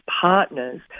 partners